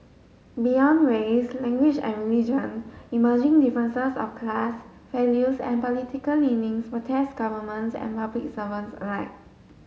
beyond race language and religion emerging differences of class values and political leanings will test governments and public servants alike